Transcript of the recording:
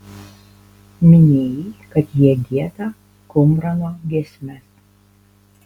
minėjai kad jie gieda kumrano giesmes